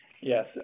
Yes